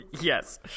Yes